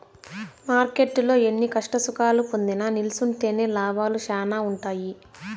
మార్కెట్టులో ఎన్ని కష్టసుఖాలు పొందినా నిల్సుంటేనే లాభాలు శానా ఉంటాయి